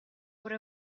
would